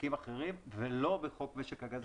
בחוקים אחרים ולא בחוק משק הגז הטבעי.